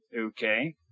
Okay